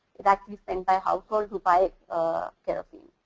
it actually spent by household who buy kerosene.